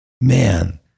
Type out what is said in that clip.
man